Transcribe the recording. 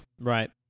Right